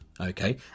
okay